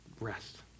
rest